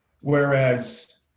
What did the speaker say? whereas